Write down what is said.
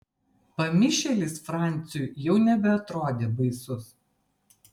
pamišėlis franciui jau nebeatrodė baisus